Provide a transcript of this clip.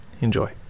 Enjoy